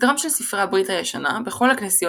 סדרם של ספרי הברית הישנה בכל הכנסיות